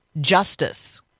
justice